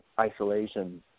isolation